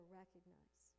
recognize